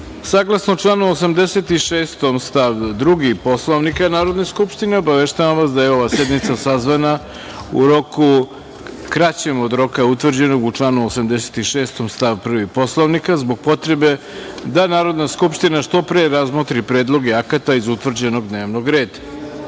Kralj. Saglasno članu 86. stav 2. Poslovnika Narodne skupštine, obaveštavam vas da je ova sednica sazvana u roku kraćem od roka utvrđenog u članu 86. stav 1. Poslovnika, zbog potrebe da Narodna skupština što pre razmotri predloge akata iz utvrđenog dnevnog